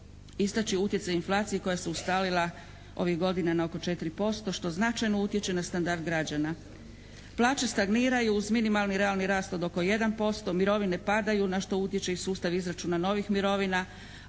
istaći utjecaj inflacije koja se ustalila ovih godina na oko 4% što značajno utječe na standard građana. Plaće stagniraju uz minimalni realni rast od oko 1%, mirovine padaju na što utječe i sustav izračuna novih mirovina,